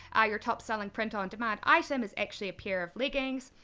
ah your top-selling print-on-demand item is actually a pair of leggings.